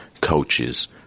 coaches